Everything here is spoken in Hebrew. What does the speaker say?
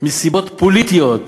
מסיבות פוליטיות,